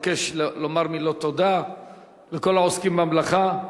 מבקש לומר מילות תודה לכל העוסקים במלאכה.